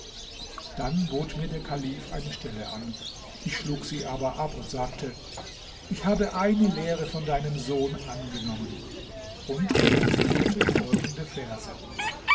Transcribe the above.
dann bot mir der kalif eine stelle an ich schlug sie aber ab und sagte ich habe eine lehre von deinem sohn angenommen und rezitierte folgende verse